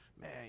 man